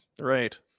Right